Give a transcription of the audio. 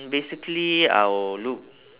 basically I will look